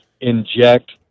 inject